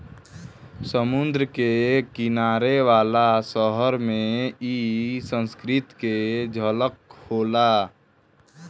समुंद्र के किनारे वाला शहर में इ संस्कृति के झलक होला